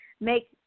make